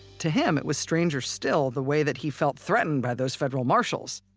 to him, it was stranger still the way that he felt threatened by those federal marshals.